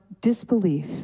disbelief